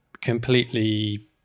completely